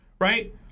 right